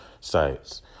sites